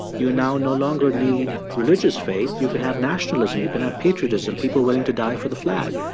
you now no longer need religious faith. you can have nationalism. you can have patriotism people willing to die for the flag.